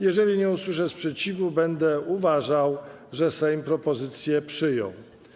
Jeżeli nie usłyszę sprzeciwu, będę uważał, że Sejm propozycję przyjął.